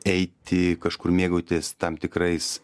eiti kažkur mėgautis tam tikrais